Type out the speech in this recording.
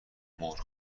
مرغ